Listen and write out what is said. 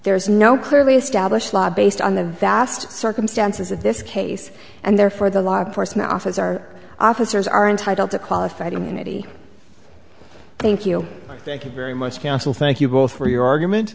there is no clearly established law based on the vast circumstances of this case and therefore the law enforcement officer officers are entitled to qualified immunity thank you thank you very much counsel thank you both for your argument